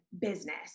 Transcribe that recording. business